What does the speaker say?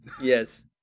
Yes